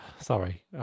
sorry